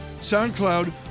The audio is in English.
soundcloud